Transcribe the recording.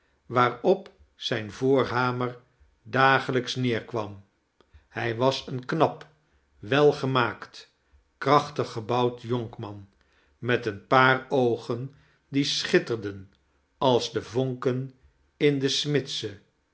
waarop zijn voorhamer dagelijks neerkwam hij was een knap welgemaakt krachtig gebouwd jonkman met een paar oogen die schitterden als de vonken in de smidse